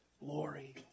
glory